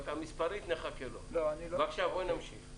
אבל מספרית, נחכה לשמוע מנציג האוצר.